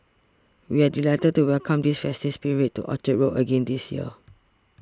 we are delighted to welcome the festive spirit to Orchard Road again this year